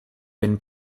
been